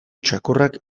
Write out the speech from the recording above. txakurrak